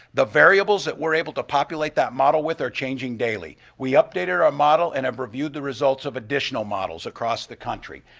the variables that we're able to populate that model with are changing daily. we updated our ah model and have reviewed the results of additional models across the country.